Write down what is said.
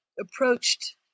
approached